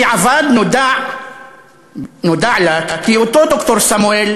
בדיעבד נודע לה כי אותו ד"ר סמואל,